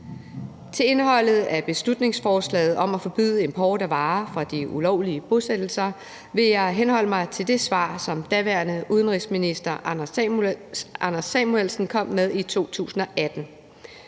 Til indholdet af beslutningsforslaget om at forbyde import af varer fra de ulovlige bosættelser vil jeg henholde mig til det svar, som daværende udenrigsminister Anders Samuelsen kom med i 2018.